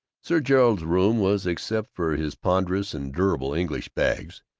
sir gerald's room was, except for his ponderous and durable english bags,